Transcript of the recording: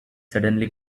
suddenly